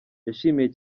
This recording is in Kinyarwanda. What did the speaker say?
yashimiye